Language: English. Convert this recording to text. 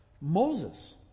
Moses